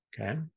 Okay